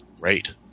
Great